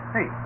Hey